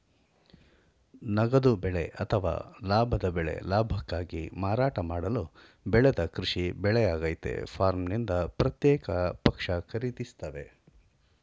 ನಗದು ಬೆಳೆ ಅಥವಾ ಲಾಭದ ಬೆಳೆ ಲಾಭಕ್ಕಾಗಿ ಮಾರಾಟ ಮಾಡಲು ಬೆಳೆದ ಕೃಷಿ ಬೆಳೆಯಾಗಯ್ತೆ ಫಾರ್ಮ್ನಿಂದ ಪ್ರತ್ಯೇಕ ಪಕ್ಷ ಖರೀದಿಸ್ತವೆ